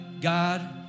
God